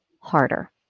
harder